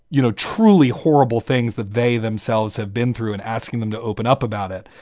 you know, truly horrible things that they themselves have been through and asking them to open up about it.